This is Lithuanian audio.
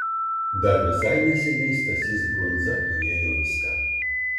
dar visai neseniai stasys brundza turėjo viską